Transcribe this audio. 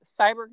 cyber